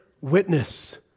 witness